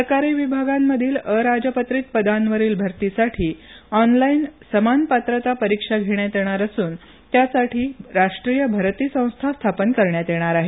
सरकारी विभागांमधील अराजपत्रित पदांवरील भरतीसाठी ऑनलाईन समान पात्रता परीक्षा घेण्यात येणार असून त्यासाठी राष्ट्रीय भरती संस्था स्थापन करण्यात येणार आहे